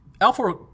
Alpha